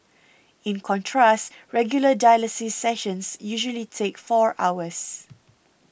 in contrast regular dialysis sessions usually take four hours